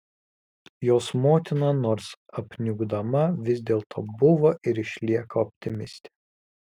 jos motina nors apniukdama vis dėlto buvo ir išlieka optimistė